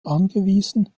angewiesen